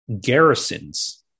garrisons